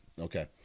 Okay